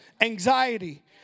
anxiety